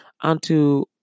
unto